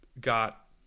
got